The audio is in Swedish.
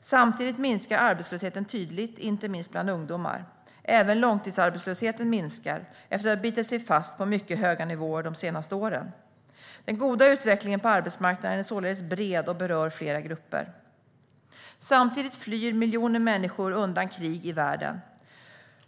Samtidigt minskar arbetslösheten tydligt, inte minst bland ungdomar. Även långtidsarbetslösheten minskar efter att ha bitit sig fast på mycket höga nivåer de senaste åren. Den goda utvecklingen på arbetsmarknaden är således bred och berör flera grupper. Samtidigt flyr miljoner människor undan krig i världen.